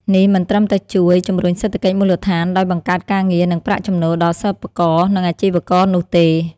នេះមិនត្រឹមតែជួយ ជំរុញសេដ្ឋកិច្ចមូលដ្ឋាន ដោយបង្កើតការងារ និងប្រាក់ចំណូលដល់សិប្បករ និងអាជីវករនោះទេ។